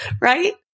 right